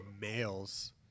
males